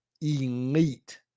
elite